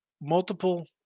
multiple